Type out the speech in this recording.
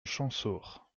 champsaur